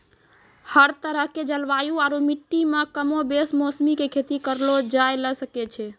हर तरह के जलवायु आरो मिट्टी मॅ कमोबेश मौसरी के खेती करलो जाय ल सकै छॅ